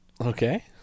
Okay